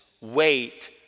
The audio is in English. wait